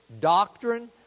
doctrine